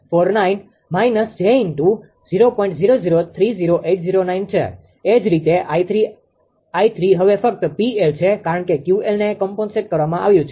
એ જ રીતે 𝑖3 𝑖3 હવે ફક્ત 𝑃𝐿 છે કારણ કે 𝑄𝐿ને કોમ્પ્નસેટ કરવામાં આવ્યું છે